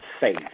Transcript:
faith